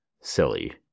silly